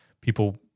people